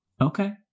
Okay